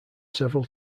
several